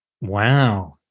Wow